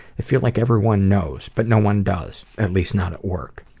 i feel like everyone knows, but no one does. at least not at work.